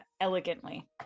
elegantly